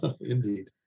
Indeed